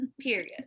period